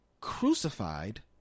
crucified